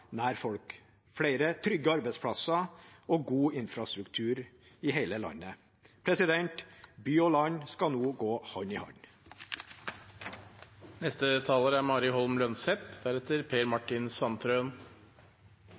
nær folk, flere trygge arbeidsplasser og god infrastruktur i hele landet. By og land skal nå gå hånd i